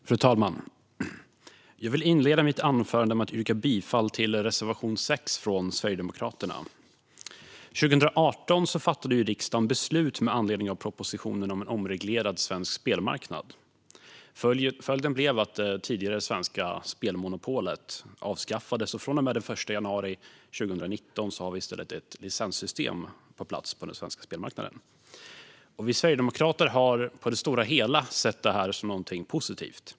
Fru talman! Jag vill inleda mitt anförande med att yrka bifall till reservation 6 från Sverigedemokraterna. År 2018 fattade riksdagen beslut med anledning av propositionen om en omreglerad svensk spelmarknad. Följden blev att det tidigare svenska spelmonopolet avskaffades. Från och med den 1 januari 2019 har vi i stället ett licenssystem på plats på den svenska spelmarknaden. Vi sverigedemokrater har på det stora hela sett det som någonting positivt.